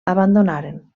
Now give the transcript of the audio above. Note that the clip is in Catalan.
abandonaren